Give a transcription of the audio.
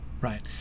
right